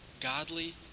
godly